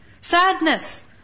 sadness